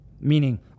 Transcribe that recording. meaning